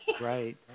Right